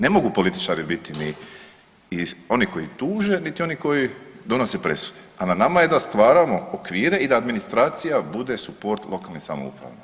Ne mogu političari biti mi, i oni koji tuže niti oni koji donose presude, a na nama je da stvaramo okvire i da administracija bude suport lokalnim samoupravama.